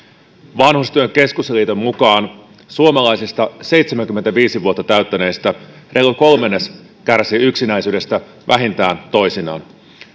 vanhustyön keskusliiton mukaan suomalaisista seitsemänkymmentäviisi vuotta täyttäneistä reilu kolmannes kärsii yksinäisyydestä vähintään toisinaan